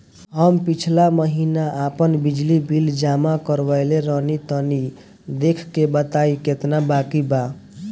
हम पिछला महीना आपन बिजली बिल जमा करवले रनि तनि देखऽ के बताईं केतना बाकि बा?